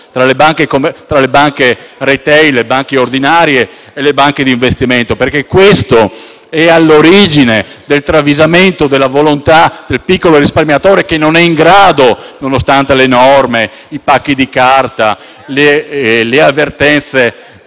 tra le banche *retail*, le banche ordinarie e le banche di investimento. Questo è all'origine del travisamento della volontà del piccolo risparmiatore, che non è in grado nonostante le norme, i pacchi di carta, le avvertenze